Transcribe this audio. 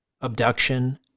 abduction